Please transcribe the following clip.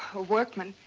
a workman.